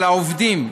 על העובדים.